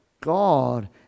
God